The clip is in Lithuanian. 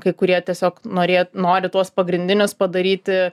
kai kurie tiesiog norėt nori tuos pagrindinius padaryti